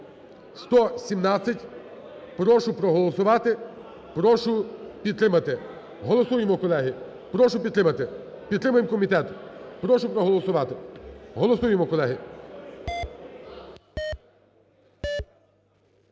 117-ї, прошу проголосувати, прошу підтримати. Голосуємо, колеги. Прошу підтримати. Підтримаємо комітет. Прошу проголосувати. Голосуємо, колеги.